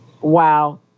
Wow